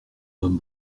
homme